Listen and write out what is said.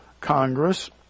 Congress